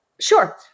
Sure